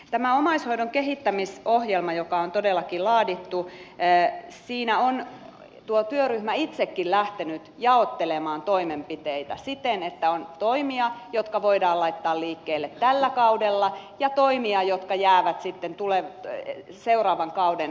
tässä omaishoidon kehittämisohjelmassa joka on todellakin laadittu on tuo työryhmä itsekin lähtenyt jaottelemaan toimenpiteitä siten että on toimia jotka voidaan laittaa liikkeelle tällä kaudella ja toimia jotka jäävät sitten seuraavan kauden ratkaistavaksi